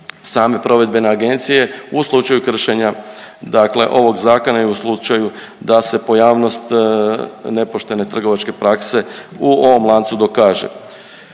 same provedbene agencije u slučaju kršenja ovog zakona i u slučaju da se pojavnost nepoštene trovačke prakse u ovom lancu dokaže.